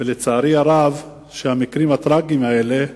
ולצערי הרב המקרים הטרגיים האלה